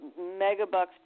megabucks